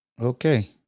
Okay